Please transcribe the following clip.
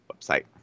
website